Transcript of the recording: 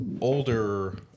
older